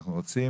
אנחנו רוצים